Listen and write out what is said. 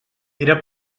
era